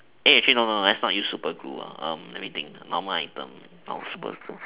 actually no no actually let's not use super glue let me think normal item not of super glue